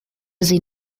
sie